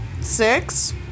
six